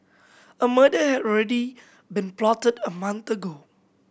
a murder had already been plotted a month ago